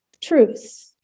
truth